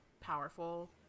powerful